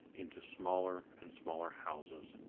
into smaller and smaller houses,